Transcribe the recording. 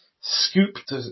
scooped